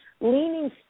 leaning